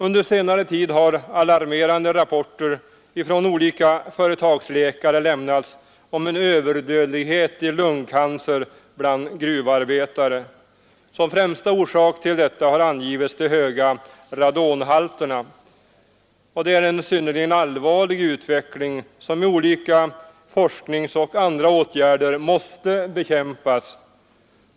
Under senare tid har alarmerande rapporter från olika företagsläkare lämnats om en överdödlighet i lungcancer bland gruvarbetare. Som främsta orsak till detta har angivits de höga radonhalterna. Det är en synnerligen allvarlig utveckling, som med olika forskningsoch andra åtgärder måste bekämpas.